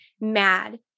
mad